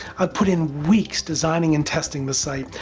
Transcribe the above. i've put in weeks designing and testing the site,